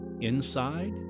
inside